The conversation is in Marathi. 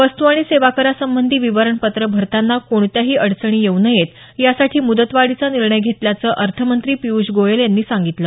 वस्तू आणि सेवा करासंबंधी विवरणपत्र भरताना कोणत्याही अडचणी येऊ नयेत यासाठी मुदतवाढीचा निर्णय घेतल्याचं अर्थमंत्री पिय़ष गोयल यांनी सांगितलं